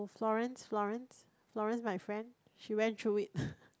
Florence Florence Florence my friend she went through it